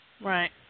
Right